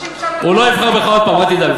הוא לא יבחר בך שוב, אל תדאג.